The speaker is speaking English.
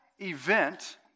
event